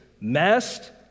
messed